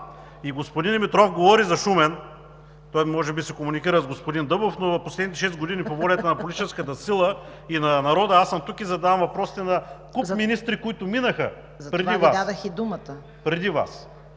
Господин Димитров говори за Шумен – той може би си комуникира с господин Дъбов, но в последните шест години по волята на политическата сила и на народа аз съм тук и задавам въпросите на министри, които минаха преди Вас.